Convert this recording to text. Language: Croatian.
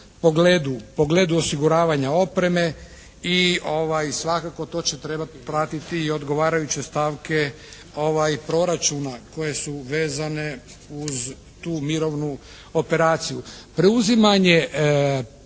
pogledu osiguravanja opreme i svakako to će trebati pratiti i odgovarajuće stavke proračuna koje su vezane uz tu mirovnu operaciju. Preuzimanje